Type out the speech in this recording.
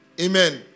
Amen